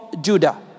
Judah